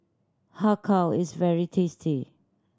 Har Kow is very tasty